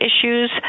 issues